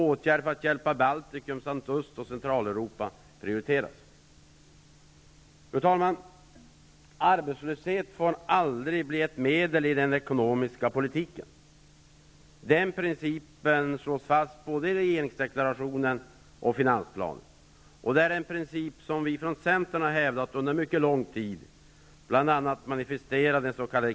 Åtgärder för att hjälpa Baltikum samt Öst och Centraleuropa prioriteras. Fru talman! Arbetslösheten får aldrig bli ett medel i den ekonomiska politiken. Den principen slås fast både i regeringsdeklarationen och i finansplanen. Det är en princip som vi i centern under mycket lång tid har hävdat, bl.a. manifesterad i den s.k.